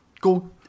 go